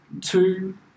two